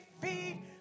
feed